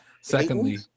secondly